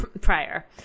prior